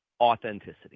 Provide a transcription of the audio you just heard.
authenticity